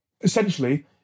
Essentially